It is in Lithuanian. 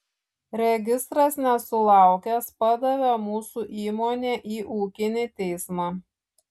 registras nesulaukęs padavė mūsų įmonę į ūkinį teismą